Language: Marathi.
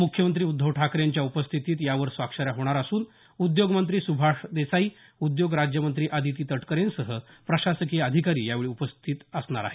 मुख्यमंत्री उद्धव ठाकरेंच्या उपस्थितीत यावर स्वाक्षऱ्या होणार असून उद्योग मंत्री सुभाष देसाई उद्योग राज्य मंत्री अदिती तटकरेंसह प्रशासकीय अधिकारी यावेळी उपस्थिती असणार आहेत